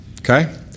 okay